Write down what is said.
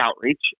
outreach